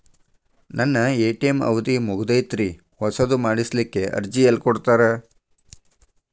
ನನ್ನ ಎ.ಟಿ.ಎಂ ಅವಧಿ ಮುಗದೈತ್ರಿ ಹೊಸದು ಮಾಡಸಲಿಕ್ಕೆ ಅರ್ಜಿ ಎಲ್ಲ ಕೊಡತಾರ?